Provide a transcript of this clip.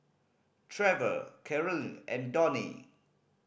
Trever Karyl and Donie